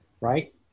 right